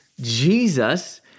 Jesus